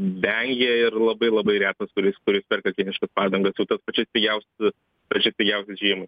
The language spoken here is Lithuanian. vengia ir labai labai retas kuris kuris perka kiniškas padangas jau tas pačias pigiausias pačias pigiausias žiemai